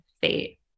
fate